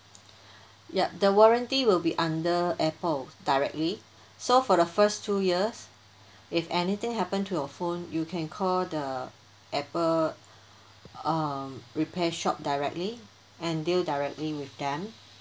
yup the warranty will be under apple directly so for the first two years if anything happen to your phone you can call the apple um repair shop directly and deal directly with them